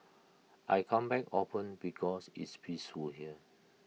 I come back often because it's peaceful here